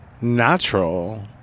natural